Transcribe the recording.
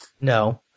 No